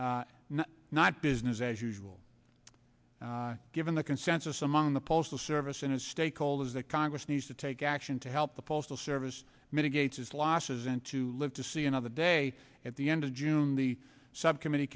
business not business as usual given the consensus among the postal service and stakeholders that congress needs to take action to help the postal service mitigate his losses and to live to see another day at the end of june the subcommittee